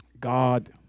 God